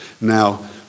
Now